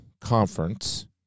conference